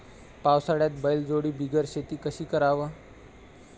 पावसाळ्यात बैलजोडी बिगर शेती कशी कराव?